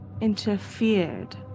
interfered